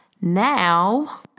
Now